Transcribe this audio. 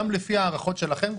גם לפי ההערכות שלכם,